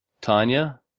Tanya